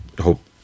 hope